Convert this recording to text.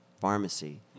pharmacy